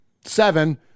seven